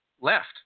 left